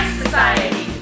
society